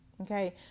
Okay